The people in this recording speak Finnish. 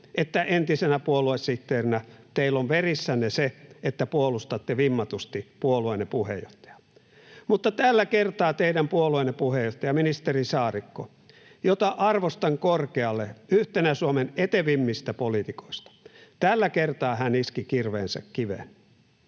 että entisenä puoluesihteerinä teillä on verissänne se, että puolustatte vimmatusti puolueenne puheenjohtajaa. Tällä kertaa teidän puolueenne puheenjohtaja, ministeri Saarikko — jota arvostan korkealle yhtenä Suomen etevimmistä poliitikoista — iski kirveensä kiveen.